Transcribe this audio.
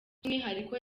by’umwihariko